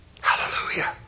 Hallelujah